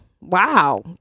wow